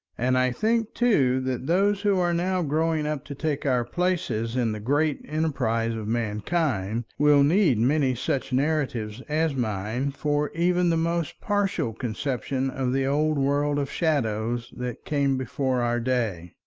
and i think too that those who are now growing up to take our places in the great enterprise of mankind, will need many such narratives as mine for even the most partial conception of the old world of shadows that came before our day.